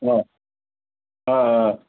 ஆ ஆ ஆ